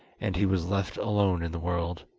and he was left alone in the world.